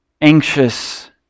anxious